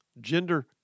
gender